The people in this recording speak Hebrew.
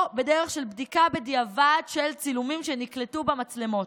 או בדרך של בדיקה בדיעבד של צילומים שנקלטו במצלמות.